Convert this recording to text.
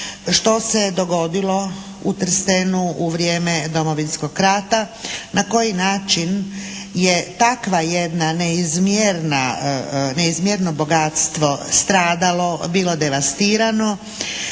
što se dogodilo u Trstenu u vrijeme Domovinskog rata, na koji način je takvo jedno neizmjerno bogatstvo stradalo, bilo devastirano